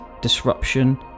disruption